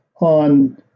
on